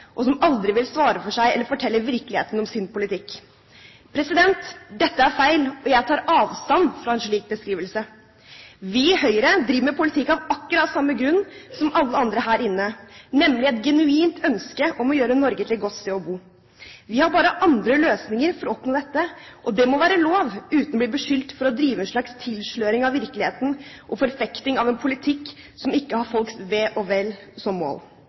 og som aldri vil svare for seg eller fortelle virkeligheten om sin politikk. Dette er feil, og jeg tar avstand fra en slik beskrivelse. Vi i Høyre driver med politikk av akkurat samme grunn som alle andre her inne, nemlig et genuint ønske om å gjøre Norge til et godt sted å bo. Vi har bare andre løsninger for å oppnå dette, og det må være lov uten å bli beskyldt for å drive en slags tilsløring av virkeligheten og forfekting av en politikk som ikke har folks ve og vel som mål.